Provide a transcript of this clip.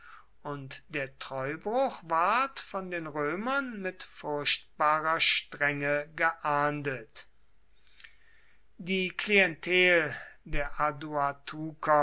und der treubruch ward von den römern mit furchtbarer strenge geahndet die klientel der